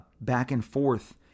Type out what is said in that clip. back-and-forth